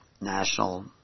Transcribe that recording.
National